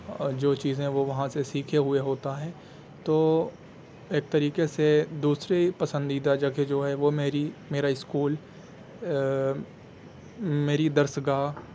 جو چیزیں وہ وہاں سے سیکھے ہوئے ہوتا ہے تو ایک طریقے سے دوسری پسندیدہ جگہ جو ہے وہ میری میرا اسکول میری درسگاہ